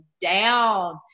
down